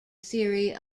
theory